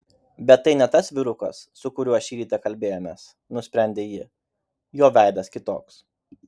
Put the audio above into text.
bet tai ne tas vyrukas su kuriuo šį rytą kalbėjomės nusprendė ji jo veidas kitoks